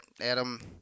Adam